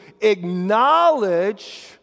acknowledge